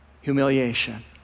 humiliation